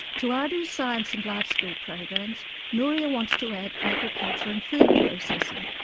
to aado's science and life skills programs, nouria wants to add agriculture and food processing,